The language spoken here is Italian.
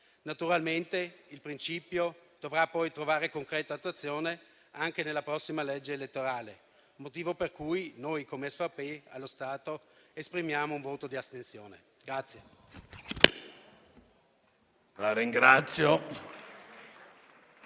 Naturalmente il principio dovrà poi trovare concreta attuazione anche nella prossima legge elettorale; motivo per cui noi, come SVP, allo stato esprimiamo un voto di astensione.